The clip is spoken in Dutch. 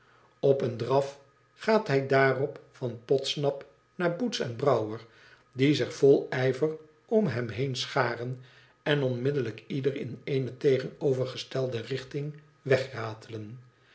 op een draf gaat hij daarop van podsnap naar boots en brouwer die zich vol ijver om hem heen scharen en onmiddellijk ieder in eene tegenovergestelde richting wegratelen